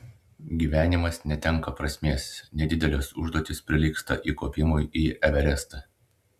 gyvenimas netenka prasmės nedidelės užduotys prilygsta įkopimui į everestą